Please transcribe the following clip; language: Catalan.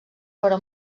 però